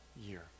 year